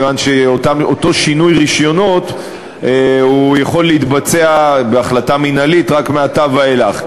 כיוון שאותו שינוי רישיונות יכול להתבצע בהחלטה מינהלית רק מעתה ואילך.